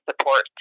support